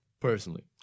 Personally